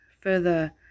further